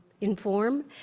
inform